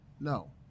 No